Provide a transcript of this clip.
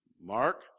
Mark